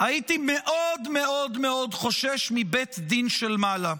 הייתי מאוד מאוד מאוד חושש מבית דין של מעלה,